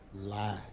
lie